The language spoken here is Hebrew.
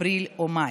אפריל או מאי.